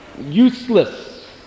useless